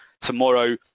tomorrow